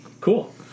Cool